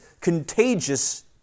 contagious